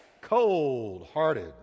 cold-hearted